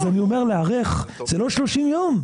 אז אני אומר להיערך זה לא 30 יום.